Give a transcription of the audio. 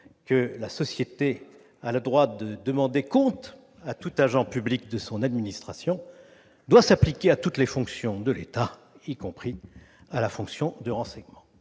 « la Société a le droit de demander compte à tout Agent public de son administration », doit s'appliquer à toutes les fonctions de l'État, y compris à la fonction de renseignement.